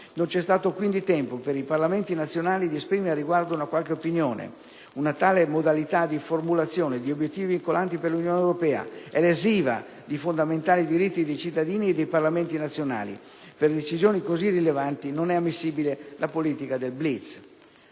Non c'è stato quindi tempo per i Parlamenti nazionali di esprimere al riguardo una qualche opinione. Una tale modalità di formulazione di obiettivi vincolanti per l'Unione europea è lesiva di fondamentali diritti dei cittadini e dei Parlamenti nazionali; per decisioni così rilevanti non è ammissibile la politica del blitz.